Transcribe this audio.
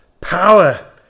Power